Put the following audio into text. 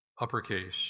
uppercase